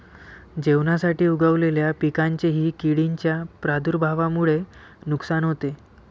जेवणासाठी उगवलेल्या पिकांचेही किडींच्या प्रादुर्भावामुळे नुकसान होते